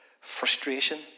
frustration